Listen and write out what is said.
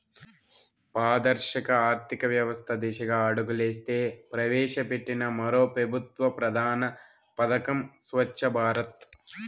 పారదర్శక ఆర్థికవ్యవస్త దిశగా అడుగులేస్తూ ప్రవేశపెట్టిన మరో పెబుత్వ ప్రధాన పదకం స్వచ్ఛ భారత్